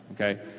Okay